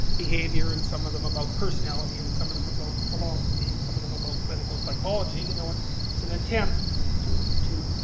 behaviour, and some of them about personality, and some of them about philosophy, and some of them about clinical psychology. you know and it's an attempt to to